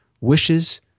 wishes